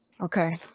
okay